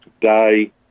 today